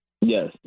Yes